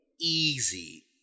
easy